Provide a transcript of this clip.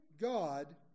God